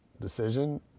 decision